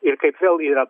ir kaip vėl yra